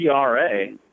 ERA